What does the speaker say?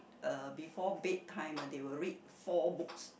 uh before bedtime ah they will read four books